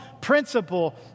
principle